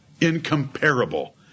incomparable